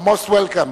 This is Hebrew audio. You are most welcome.